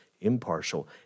impartial